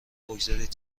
بگذارید